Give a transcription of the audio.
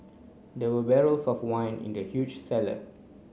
there were barrels of wine in the huge cellar